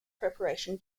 preparation